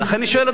לכן אני שואל,